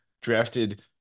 drafted